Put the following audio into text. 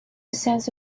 sense